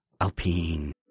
Alpine